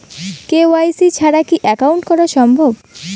KYC ছাড়া কি account করা সম্ভব?